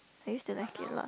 I used to like it lah